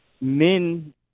men